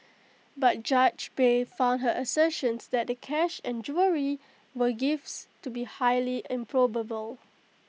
but judge bay found her assertions that the cash and jewellery were gifts to be highly improbable